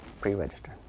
pre-register